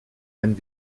ein